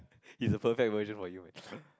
he's a perfect version for you man